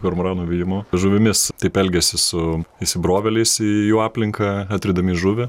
kormoranų vijimo žuvimis taip elgiasi su įsibrovėliais į jų aplinką atrydami žuvį